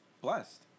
blessed